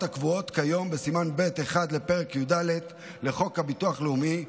הקבועות כיום בסימן ב'1 לפרק י"ד לחוק הביטוח הלאומי,